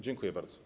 Dziękuję bardzo.